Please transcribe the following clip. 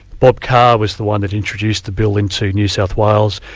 bob carr was the one that introduced the bill into new south wales,